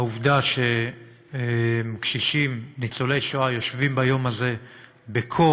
העובדה שקשישים ניצולי שואה יושבים ביום הזה בקור